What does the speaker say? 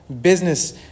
business